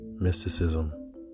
mysticism